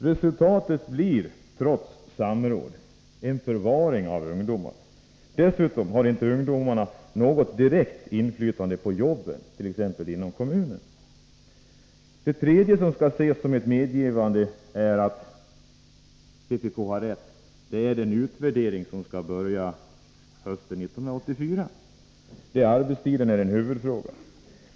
Resultatet blir trots samråd en förvaring av ungdomar. Dessutom har inte ungdomarna något direkt inflytande på jobben, t.ex. inom kommunen. Det tredje som kan ses som ett medgivande att vpk har rätt är den utvärdering av verksamheten med ungdomslag som skall påbörjas hösten 1984 och där arbetstiden är en huvudfråga.